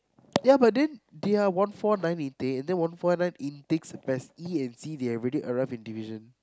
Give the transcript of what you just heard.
ya but then they are one four nine intake and then one four nine intakes Pes E and C they already arrive in division